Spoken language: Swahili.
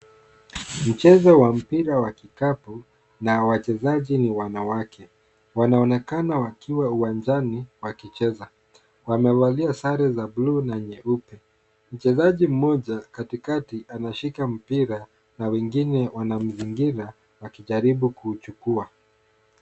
Mchezo wa mpira ya kikapu na wachezaji ni wanawake. Wanaonekana wakiwa uwanjani wakicheza. Wamevalia sare za buluu na nyeupe. Mchezaji mmoja katikati anashika mpira na wengine wanamzingira wakijaribu kuchukua.